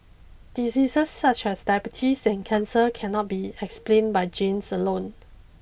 diseases such as diabetes and cancer cannot be explained by genes alone